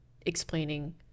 explaining